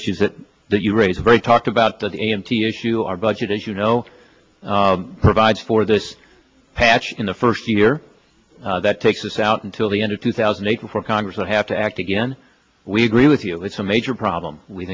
issues that you raise very talked about the a m t issue our budget as you know provides for this patch in the first year that takes us out until the end of two thousand and four congress will have to act again we agree with you it's a major problem we